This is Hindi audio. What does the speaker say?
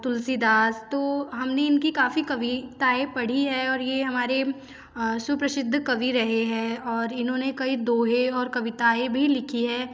तुलसीदास तो हम ने इनकी काफ़ी कविताएं पढ़ी हैं और ये हमारे सुप्रसिद्ध कवि रहे हैं और इन्होंने कई दोहे और कविताएं भी लिखी हैं